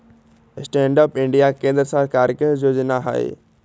stand up India केंद्र सरकार के जोजना हइ